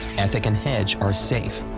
ethic and hedge are safe.